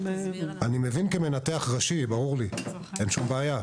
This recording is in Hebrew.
אני מבין כמנתח ראשי, ברור לי, אין לי שום בעיה.